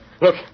Look